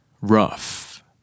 rough